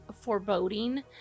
foreboding